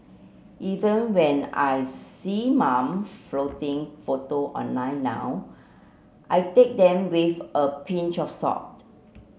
even when I see mum flaunting photo online now I take them with a pinch of salt